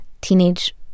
teenage